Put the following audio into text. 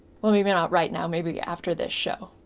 well maybe not right now, maybe after this show.